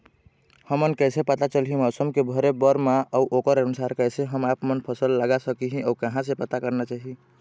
हमन कैसे पता चलही मौसम के भरे बर मा अउ ओकर अनुसार कैसे हम आपमन फसल लगा सकही अउ कहां से पता करना चाही?